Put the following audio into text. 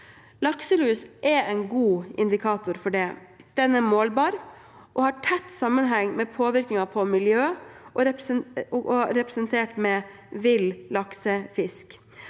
Lakselus er en god indikator på det. Den er målbar og har tett sammenheng med påvirkningen på miljø, representert ved vill laksefisk.